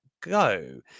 go